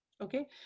okay